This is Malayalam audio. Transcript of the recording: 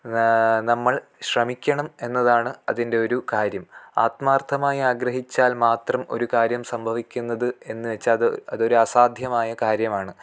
നമ്മൾ ശ്രമിക്കണം എന്നതാണ് അതിൻ്റെ ഒരു കാര്യം ആത്മാർഥമായി ആഗ്രഹിച്ചാൽ മാത്രം ഒരു കാര്യം സംഭവിക്കുന്നത് എന്ന് വെച്ചാൽ അതൊരു അസാദ്ധ്യമായ കാര്യമാണ്